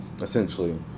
essentially